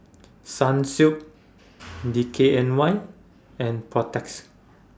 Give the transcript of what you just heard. Sunsilk D K N Y and Protex